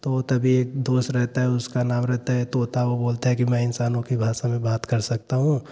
तो तब ही एक दोस्त रहता है उसका नाम रहता है तोता ओ बोलता है कि मैं इंसानों की भाषा में बात कर सकता हूँ